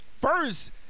First